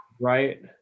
right